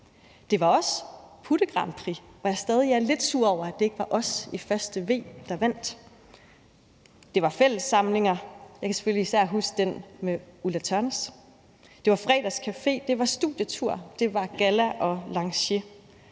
Det var også puttegrandprix, hvor jeg stadig er lidt sur over, at det ikke var os i 1. V, der vandt. Det var fællessamlinger – jeg kan selvfølgelig især huske den med Ulla Tørnæs. Det var fredagscafé. Det var studietur. Det var galla og lancier.